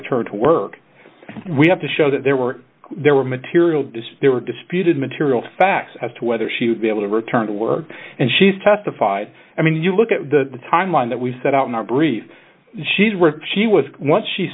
return to work we have to show that there were there were material does there were disputed material facts as to whether she would be able to return to work and she's testified i mean you look at the timeline that we've set out in our brief she's worth she was once she